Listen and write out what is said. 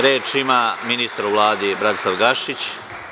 Reč ima ministar u Vladi Bratislav Gašić.